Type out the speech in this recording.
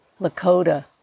Lakota